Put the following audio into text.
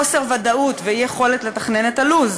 חוסר ודאות ואי-יכולת לתכנן את הלו"ז,